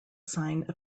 sign